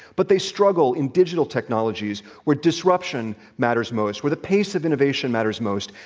but they struggle in digital technologies, where disruption matters most, where the pace of innovation matters most,